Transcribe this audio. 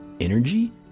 energy